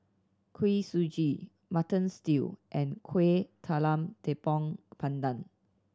Kuih Suji Mutton Stew and Kueh Talam Tepong Pandan